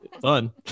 fun